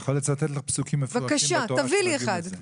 אני יכול לצטט לך פסוקים מפורשים בתורה שאומרים את זה.